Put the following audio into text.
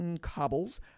cobbles